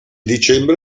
dicembre